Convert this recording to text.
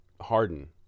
harden